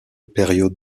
période